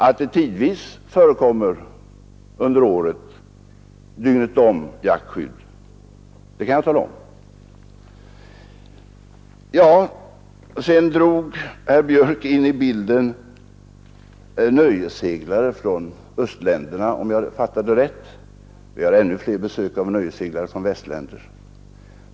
Att det tidvis under året förekommer jaktskydd dygnet om kan jag tala om. Sedan drog herr Björck in i bilden nöjesseglare från östländerna, om jag fattade rätt. Vi har ännu fler besök av nöjesseglare från västländer.